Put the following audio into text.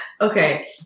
Okay